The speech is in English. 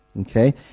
okay